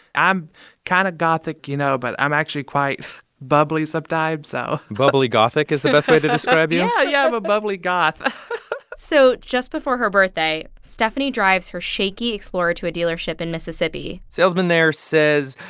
i'm kind of gothic, you know, but i'm actually quite bubbly sometimes, so bubbly-gothic is the best way to describe you? yeah, yeah. i'm a bubbly goth so just before her birthday, stephanie drives her shaky explorer to a dealership in mississippi salesman there says,